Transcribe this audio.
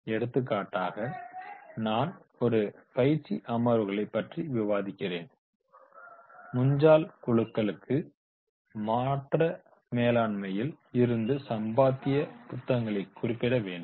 எடுத்துக்காட்டாக நான் ஒரு பயிற்சி அமர்வுகளை பற்றி விவரிக்கிறேன் முஞ்சால் குழுக்களுக்கு மாற்ற மேலாண்மையில் இருந்த சம்பாத்திய புத்தகங்களைக் குறிப்பிட வேண்டும்